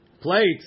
Plates